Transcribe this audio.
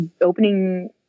opening